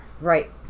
right